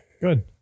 Good